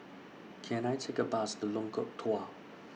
Can I Take A Bus to Lengkok Dua